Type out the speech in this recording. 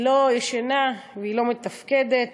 היא לא ישנה והיא לא מתפקדת.